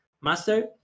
master